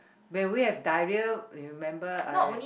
when we have diarrhoea remember I